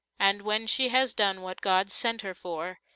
and when she has done what god sent her for,